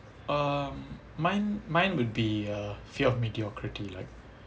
um mine mine would be a fear of mediocrity like